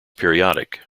periodic